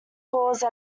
cause